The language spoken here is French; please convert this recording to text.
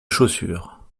chaussures